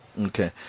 Okay